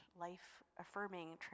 life-affirming